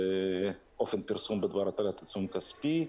(אופן פרסום בדבר הטלת עיצום כספי)".